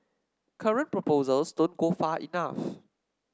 current proposals don't go far enough